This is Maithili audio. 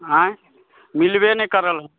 आँय मिलबे नहि करल